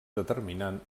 determinant